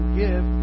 give